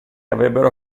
avrebbero